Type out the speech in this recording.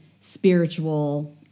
spiritual